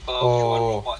oh